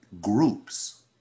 groups